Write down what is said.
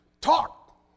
talk